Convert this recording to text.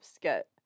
get